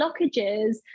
blockages